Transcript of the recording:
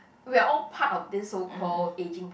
we are all part of this so call aging